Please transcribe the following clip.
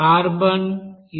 carbon ఇది 82